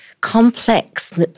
complex